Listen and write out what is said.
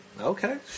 Okay